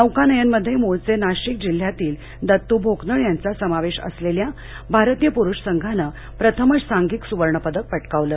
नौकानयन मध्ये मुळचे नाशिक जिल्ह्यातील असलेले दत्तू भोकनळचा यांचा समावेश असलेल्या भारतीय पुरुष संघानं प्रथमच सांघिक सुवर्णपदक पटकावलं